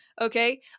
okay